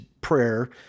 prayer